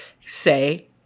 say